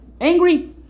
angry